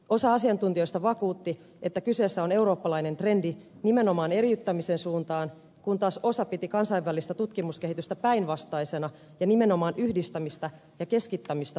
osa asiantuntijoista vakuutti että kyseessä on eurooppalainen trendi nimenomaan eriyttämisen suuntaan kun taas osa piti kansainvälistä tutkimuskehitystä päinvastaisena ja nimenomaan yhdistämistä ja keskittämistä puoltavana